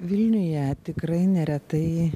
vilniuje tikrai neretai